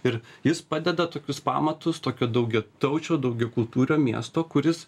ir jis padeda tokius pamatus tokio daugiataučio daugiakultūrio miesto kuris